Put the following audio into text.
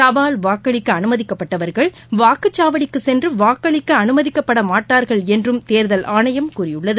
தபால் வாக்களிக்கஅனுமதிக்கப்பட்டவர்கள் வாக்குச்சாவடிக்குசென்றுவாக்களிக்கஅனுமதிக்கப்படமாட்டார்கள் என்றும் தேர்தல் ஆணையம் கூறியுள்ளது